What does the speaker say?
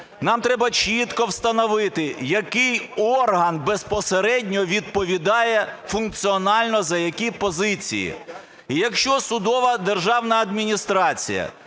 нам треба чітко встановити, який орган безпосередньо відповідає функціонально за які позиції. Якщо судова державна адміністрація